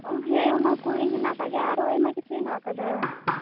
ᱳ ᱦᱮᱸ ᱚᱱᱟᱠᱚ ᱦᱮᱱᱟᱜ ᱟᱠᱟᱫ ᱜᱮᱭᱟ ᱟᱨᱚᱸ ᱟᱭᱢᱟ ᱠᱤᱪᱷᱩ ᱦᱮᱱᱟᱜ ᱟᱠᱟᱫᱟ